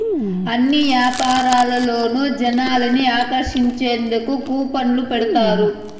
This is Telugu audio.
అన్ని యాపారాల్లోనూ జనాల్ని ఆకర్షించేందుకు కూపన్లు పెడతారు